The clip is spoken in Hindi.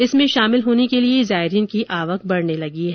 इसमें शामिल होने के लिए जायरीन की आवक बढ़ने लगी है